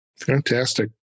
Fantastic